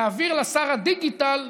להעביר לשר הדיגיטל,